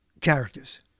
characters